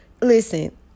listen